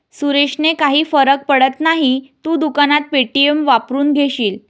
सुरेशने काही फरक पडत नाही, तू दुकानात पे.टी.एम वापरून घेशील